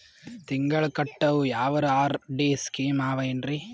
ತಿಂಗಳ ಕಟ್ಟವು ಯಾವರ ಆರ್.ಡಿ ಸ್ಕೀಮ ಆವ ಏನ್ರಿ?